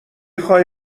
خوای